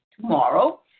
tomorrow